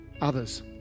others